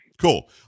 Cool